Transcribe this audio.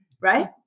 Right